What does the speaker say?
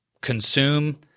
consume